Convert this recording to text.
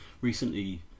recently